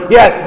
Yes